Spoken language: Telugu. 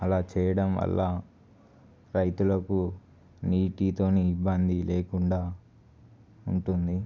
అలా చేయడం వల్ల రైతులకు నీటితోని ఇబ్బంది లేకుండా ఉంటుంది